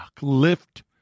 lift